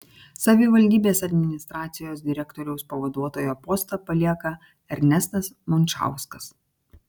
savivaldybės administracijos direktoriaus pavaduotojo postą palieka ernestas mončauskas